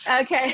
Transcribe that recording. Okay